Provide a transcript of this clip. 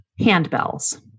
handbells